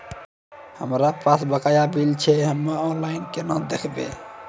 हमरा पास बकाया बिल छै हम्मे ऑनलाइन केना देखबै?